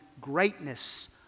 greatness